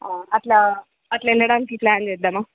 అలా అలా వెళ్ళడానికి ప్లాన్ చేద్దామా